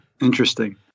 Interesting